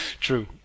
True